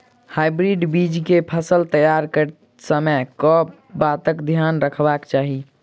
Hybrid बीज केँ फसल तैयार करैत समय कऽ बातक ध्यान रखबाक चाहि?